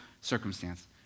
circumstance